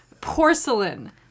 Porcelain